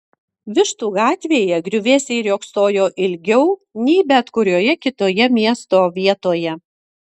vištų gatvėje griuvėsiai riogsojo ilgiau nei bet kurioje kitoje miesto vietoje